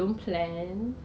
就可以拿 liao lor